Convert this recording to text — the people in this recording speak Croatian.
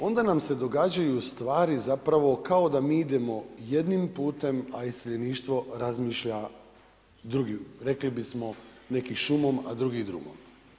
Onda nam se događaju stvari kao da mi idemo jednim putem, a iseljeništvo razmišlja drugim, rekli bismo neki šumom, a drugi drumom.